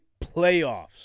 playoffs